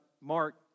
Mark